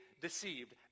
deceived